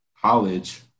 college